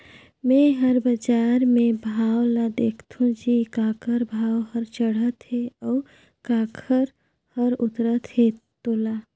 मे हर बाजार मे भाव ल देखथों जी काखर भाव हर चड़हत हे अउ काखर हर उतरत हे तोला